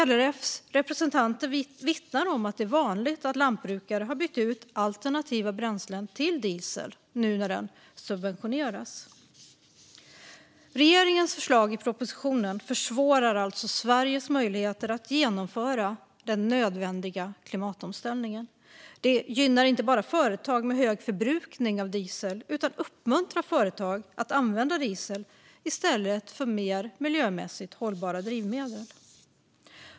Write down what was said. LRF:s representanter vittnade om att det är vanligt att lantbrukare har bytt ut alternativa bränslen till diesel nu när den subventioneras. Regeringens förslag i propositionen försvårar alltså Sveriges möjligheter att genomföra den nödvändiga klimatomställningen. Det inte bara gynnar företag med hög förbrukning av diesel utan uppmuntrar företag att använda diesel i stället för mer miljömässigt hållbara drivmedel.